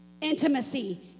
Intimacy